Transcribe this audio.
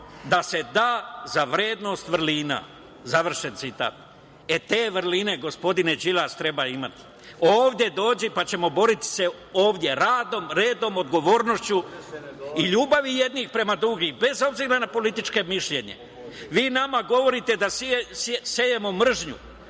da se da za vrednost vrlina. Te vrline, gospodine Đilas treba imati. Ovde dođi pa ćemo se ovde boriti radom, redom, odgovornošću i ljubavi jednih prema drugima bez obzira na političko mišljenje. Vi nama govorite da sejemo mržnju,